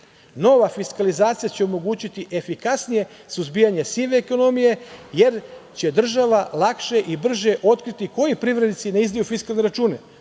Nova fiskalizacija će omogućiti efikasnije suzbijanje sive ekonomije, jer će država lakše i brže otkriti koji privrednici ne izdaju fiskalne račune.